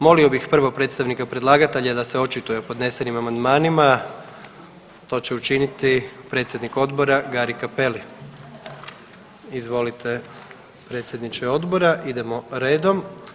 Molio bih prvo predstavnika predlagatelja da se očituje o podnesenim amandmanima to će učiniti predsjednik Odbora Gari Cappelli, izvolite predsjedniče Odbora, idemo redom.